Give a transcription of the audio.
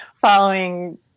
following